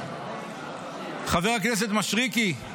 חבר הכנסת מישרקי,